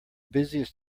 busiest